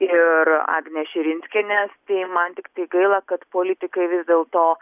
ir agnės širinskienės tai man tiktai gaila kad politikai vis dėl to